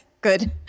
Good